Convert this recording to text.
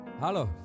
Hallo